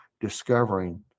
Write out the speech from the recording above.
discovering